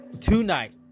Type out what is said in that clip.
tonight